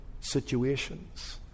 situations